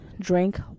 drink